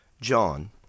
John